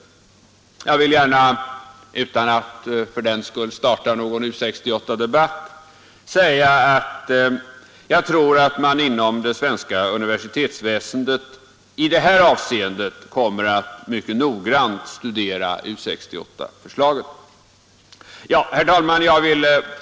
Jag vill gärna, utan att fördenskull starta någon U 68-debatt, säga att jag tror att man inom det svenska universitetsväsendet kommer att mycket noggrant studera U 68-förslaget i det avseendet. Herr talman!